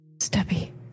Stubby